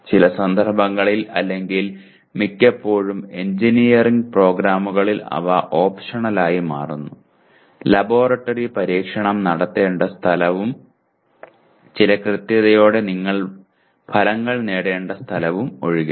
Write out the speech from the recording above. ചില സന്ദർഭങ്ങളിൽ അല്ലെങ്കിൽ മിക്കപ്പോഴും എഞ്ചിനീയറിംഗ് പ്രോഗ്രാമുകളിൽ അവ ഓപ്ഷണലായി മാറുന്നു ലബോറട്ടറി പരീക്ഷണം നടത്തേണ്ട സ്ഥലവും ചില കൃത്യതയോടെ നിങ്ങൾ ഫലങ്ങൾ നേടേണ്ട സ്ഥലവും ഒഴികെ